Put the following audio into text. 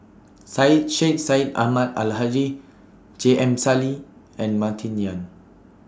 Syed Sheikh Syed Ahmad Al Hadi J M Sali and Martin Yan